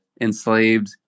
enslaved